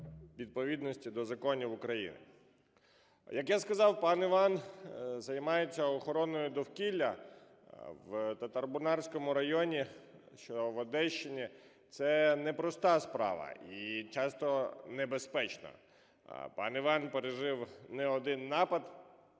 відповідності до законів України. Як я сказав, пан Іван займається охороною довкілля в Татарбунарському районі, що в Одещині. Це непроста справа і часто небезпечна. Пан Іван пережив не один напад,